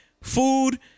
food